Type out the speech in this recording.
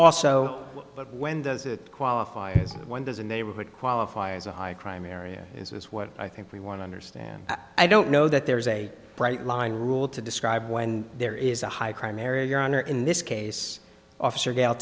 also when does it qualify when does a neighborhood qualify as a high crime area is what i think we want to understand i don't know that there is a bright line rule to describe when there is a high crime area your honor in this case officer gale